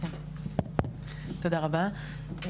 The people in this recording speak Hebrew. תודה רבה,